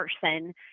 person